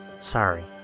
Sorry